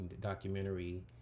documentary